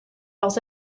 leurs